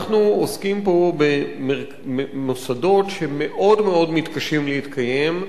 אנחנו עוסקים פה במוסדות שמאוד מאוד מתקשים להתקיים,